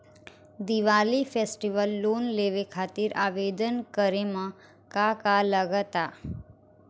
Diwali festival loan लेवे खातिर आवेदन करे म का का लगा तऽ?